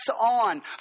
on